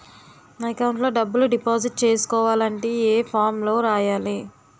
నా అకౌంట్ లో డబ్బులు డిపాజిట్ చేసుకోవాలంటే ఏ ఫామ్ లో రాయాలి?